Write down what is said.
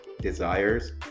desires